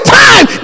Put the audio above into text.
time